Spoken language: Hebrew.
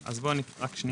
זה מנוסח על דרך